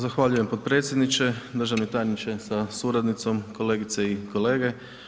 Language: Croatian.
Zahvaljujem potpredsjedniče, državni tajniče sa suradnicom, kolegice i kolege.